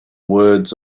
words